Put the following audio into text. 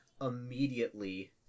immediately